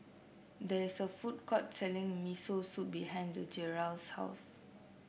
there is a food court selling Miso Soup behind Gerald's house